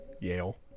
Yale